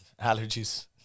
Allergies